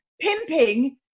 pimping